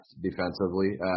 defensively